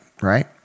right